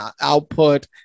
output